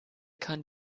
kann